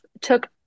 took